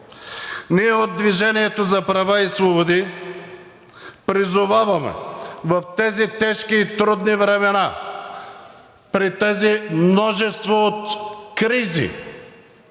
Ние от „Движение за права и свободи“ призоваваме в тези тежки и трудни времена, при тези множество от кризи,